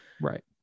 Right